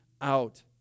out